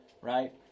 right